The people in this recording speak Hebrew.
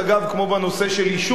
כמו בנושא של עישון,